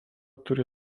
turi